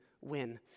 win